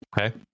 Okay